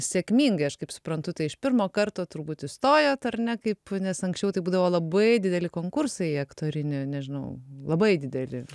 sėkmingai aš kaip suprantu tai iš pirmo karto turbūt įstojot ar ne kaip nes anksčiau tai būdavo labai dideli konkursai į aktorinį nežinau labai dideli